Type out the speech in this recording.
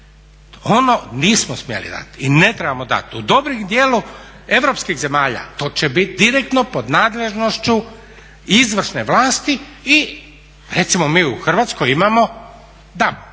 Ono nismo smjeli dati i ne trebamo dati. U dobrom djelu europskih zemalja to će biti direktno pod nadležnošću izvršne vlasti i recimo mi u Hrvatskoj imamo DAMP.